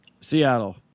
Seattle